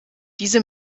diese